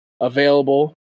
available